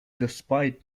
despite